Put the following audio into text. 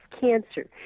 cancer